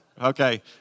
Okay